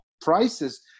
prices